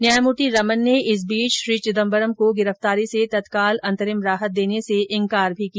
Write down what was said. न्यायमूर्ति रमन ने इस बीच श्री चिदम्बरम को गिरफ्तारी से तत्काल अंतरिम राहत देने से इंकार भी किया